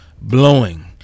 blowing